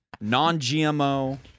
non-GMO